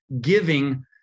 giving